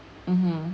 mmhmm